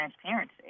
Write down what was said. transparency